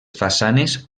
façanes